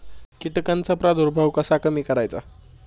कीटकांचा प्रादुर्भाव कसा कमी करायचा?